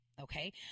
Okay